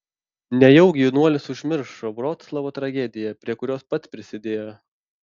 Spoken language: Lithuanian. nejaugi jaunuolis užmiršo vroclavo tragediją prie kurios pats prisidėjo